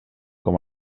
com